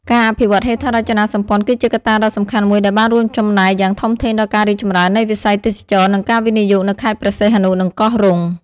ការអភិវឌ្ឍហេដ្ឋារចនាសម្ព័ន្ធ គឺជាកត្តាដ៏សំខាន់មួយដែលបានរួមចំណែកយ៉ាងធំធេងដល់ការរីកចម្រើននៃវិស័យទេសចរណ៍ និងការវិនិយោគនៅខេត្តព្រះសីហនុ និងកោះរ៉ុង។